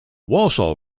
wausau